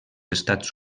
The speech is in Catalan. estats